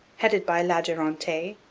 headed by la durantaye,